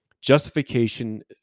justification